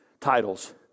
titles